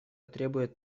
требует